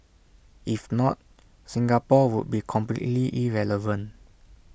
if not Singapore would be completely irrelevant